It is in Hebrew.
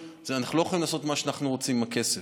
אנחנו לא יכולים לעשות מה שאנחנו רוצים עם הכסף.